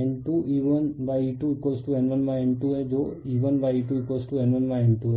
N2E1E2N1N2 है जो E1E2N1N2 है